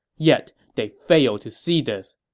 yet, they failed to see this.